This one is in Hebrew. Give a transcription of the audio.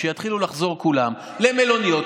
כשיתחילו לחזור כולם למלוניות,